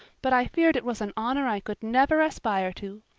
but i feared it was an honor i could never aspire to.